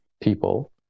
people